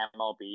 MLB